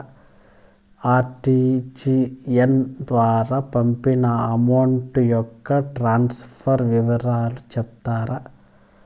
RTGS ద్వారా పంపిన amount యొక్క ట్రాన్స్ఫర్ వివరాలు సెప్తారా